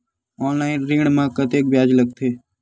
Online ऋण म कतेकन ब्याज लगथे?